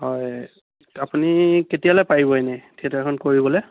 হয় আপুনি কেতিয়ালৈ পাৰিব এনে থিয়েটাৰখন কৰিবলৈ